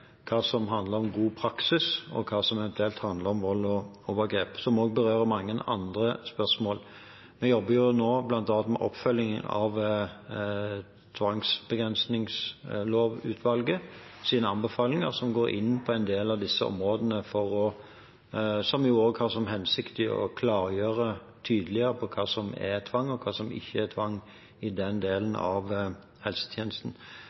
hva som handler om god praksis, og hva som eventuelt handler om vold og overgrep – som også berører mange andre spørsmål. Vi jobber bl.a. nå med oppfølgingen av tvangsbegrensningslovutvalgets anbefalinger, som går inn på en del av disse områdene, og som har til hensikt å klargjøre tydeligere hva som er tvang, og hva som ikke er tvang i den delen av helsetjenesten.